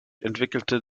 entwickelte